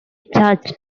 charged